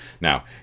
now